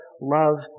Love